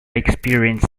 experience